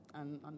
and-